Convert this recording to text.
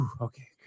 okay